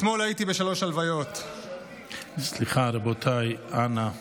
אתמול הייתי בשלוש הלוויות, סליחה, רבותיי, אנא,